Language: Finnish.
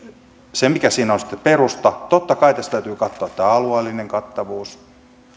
mikä siinä on sitten perusta niin totta kai tässä täytyy katsoa tämä alueellinen kattavuus